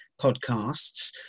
podcasts